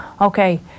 okay